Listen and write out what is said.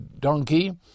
donkey